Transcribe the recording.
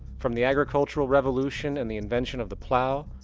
from the agricultural revolution and the invention of the plow,